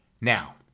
Now